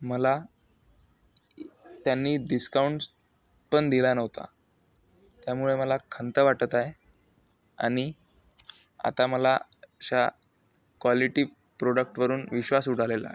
मला त्यांनी डिस्काउंट्स पण दिला नव्हता त्यामुळे मला खंत वाटत आहे आणि आता मला अशा क्वालिटी प्रोडक्टवरून विश्वास उडालेला आहे